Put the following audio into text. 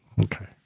Okay